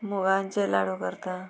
मुगांचे लाडू करता